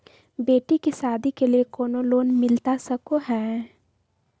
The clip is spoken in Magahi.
बेटी के सादी के लिए कोनो लोन मिलता सको है?